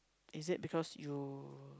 is it because you